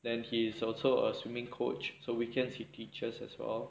then he is also a swimming coach so weekends he teaches as well